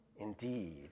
indeed